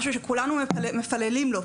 משהו שכולנו מתפללים לו.